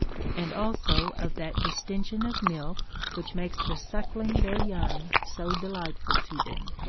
and also of that distension of milk which makes the suckling their young so delightful to them.